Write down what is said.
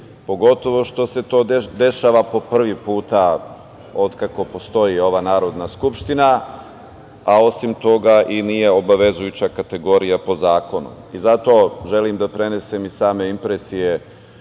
pogotovo što se to dešava po prvi put od kako postoji ova Narodna skupština, a osim toga i nije obavezujuća kategorija po zakonu. Zato želim da prenesem i same impresije